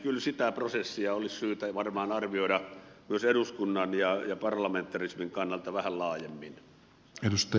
kyllä sitä prosessia olisi syytä varmaan arvioida myös eduskunnan ja parlamentarismin kannalta vähän laajemmin